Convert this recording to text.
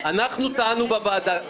אנחנו טענו בוועדה,